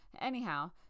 Anyhow